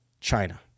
China